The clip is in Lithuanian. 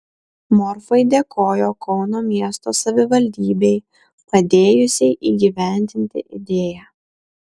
morfai dėkojo kauno miesto savivaldybei padėjusiai įgyvendinti idėją